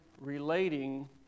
relating